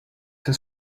too